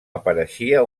apareixia